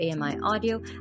AMI-audio